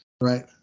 right